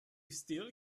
still